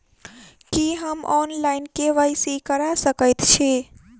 की हम online, KYC करा सकैत छी?